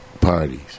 parties